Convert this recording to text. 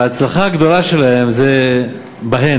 וההצלחה הגדולה שלהם זה באין,